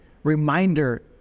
reminder